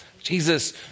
Jesus